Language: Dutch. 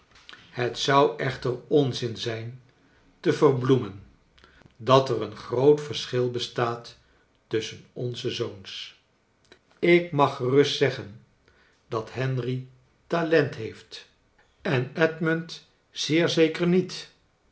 het zou echter onzin zijn te verbloemen dat er een groot verschil bestaat tusschen onze zoons ik mag gerust zeggen dat henry talent heeft en edmund zeer zeker niet